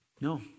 No